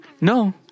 No